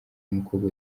n’umukobwa